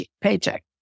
paycheck